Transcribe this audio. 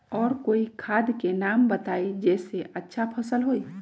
और कोइ खाद के नाम बताई जेसे अच्छा फसल होई?